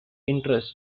interests